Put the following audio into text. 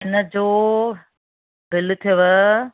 इन जो बिल थियव